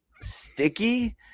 sticky